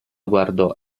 guardò